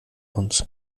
uns